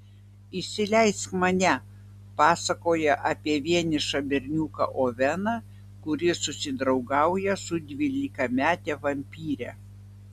įsileisk mane pasakoja apie vienišą berniuką oveną kuris susidraugauja su dvylikamete vampyre